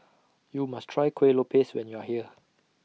YOU must Try Kueh Lopes when YOU Are here